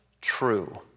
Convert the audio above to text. true